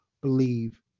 believe